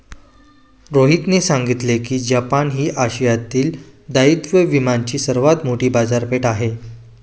रोहितने सांगितले की जपान ही आशियातील दायित्व विम्याची सर्वात मोठी बाजारपेठ आहे